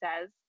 says